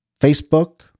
Facebook